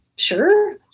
sure